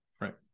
right